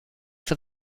for